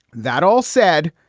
that all said,